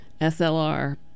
SLR